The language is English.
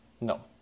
No